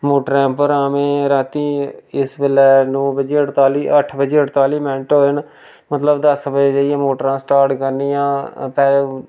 मोटरें उप्पर आं में रातीं इस बेल्लै नौ बज्जियै अड़ताली अट्ठ बज्जियै अड़ताली मिन्ट होए न मतलब दस बजे जाइयै मोटरां स्टार्ट करनियां ते